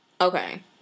Okay